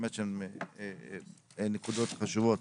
באמת נקודות חשובות.